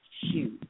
huge